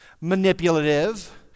manipulative